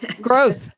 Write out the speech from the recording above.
growth